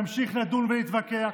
נמשיך לדון ולהתווכח,